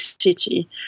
city